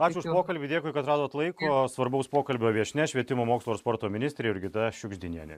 ačiū už pokalbį dėkui kad radot laiko svarbaus pokalbio viešnia švietimo mokslo ir sporto ministrė jurgita šiugždinienė